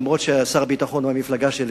אף ששר הביטחון הוא מהמפלגה שלי,